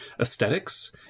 aesthetics